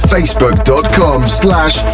Facebook.com/slash